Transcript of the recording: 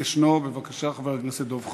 דב חנין?